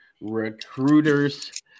Recruiters